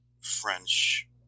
French